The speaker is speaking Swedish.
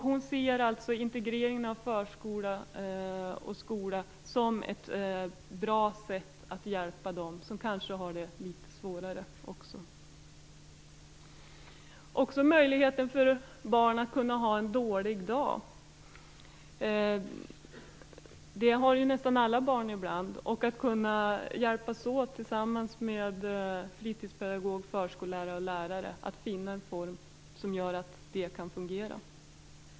Hon ser integreringen av förskola och skola som ett bra sätt att hjälpa dem som kanske har litet svårare för sig. Det skall också finnas möjlighet för barn att ha en dålig dag - det har ju nästan alla barn ibland. Fritidspedagog, förskollärare och lärare skall kunna hjälpas åt att finna en form som gör att det kan fungera.